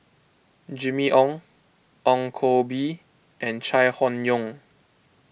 Jimmy Ong Ong Koh Bee and Chai Hon Yoong